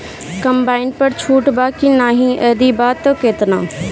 Combine पर छूट बा की नाहीं यदि बा त केतना?